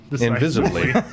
Invisibly